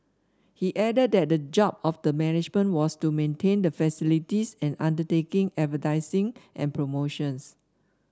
he added that the job of the management was to maintain the facilities and undertake advertising and promotions